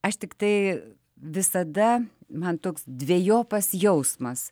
aš tiktai visada man toks dvejopas jausmas